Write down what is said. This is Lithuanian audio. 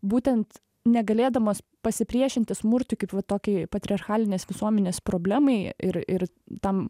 būtent negalėdamas pasipriešinti smurtui kaip va tokiai patriarchalinės visuomenės problemai ir ir tam